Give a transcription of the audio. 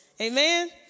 Amen